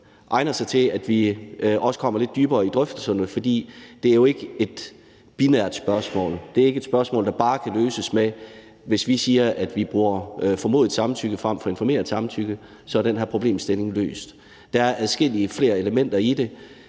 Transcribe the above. blive noget, hvor man også kommer lidt dybere ned i drøftelserne. For det er jo ikke et binært spørgsmål. Det er ikke et spørgsmål, der bare kan løses med, at man siger, at hvis vi bruger formodet samtykke frem for informeret samtykke, så er den her problemstilling løst. Der er flere elementer i det,